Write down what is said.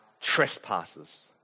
trespasses